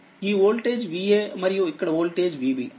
ఈ వోల్టేజ్ Vaమరియు ఇక్కడ వోల్టేజ్ Vb